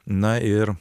na ir